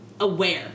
aware